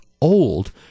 old